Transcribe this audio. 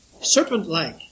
serpent-like